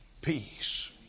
peace